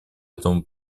этому